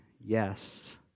yes